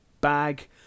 bag